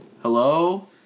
Hello